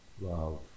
Love